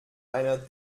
einer